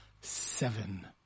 Seven